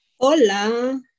Hola